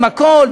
עם הכול,